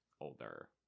older